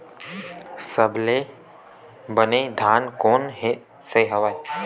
सबले बने धान कोन से हवय?